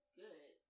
good